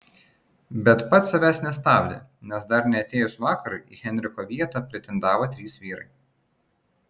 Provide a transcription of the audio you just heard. bet pats savęs nestabdė nes dar neatėjus vakarui į henriko vietą pretendavo trys vyrai